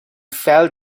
fell